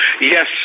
Yes